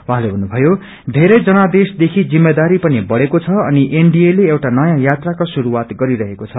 उहाँले भन्नुभायो बेरै जनादेशदेखि जिम्मेदरी पनि बढ़ेको छ अनि एनडिए ले एउटा नयाँ यात्राको श्रुरूआत गरिरहेको छ